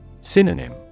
Synonym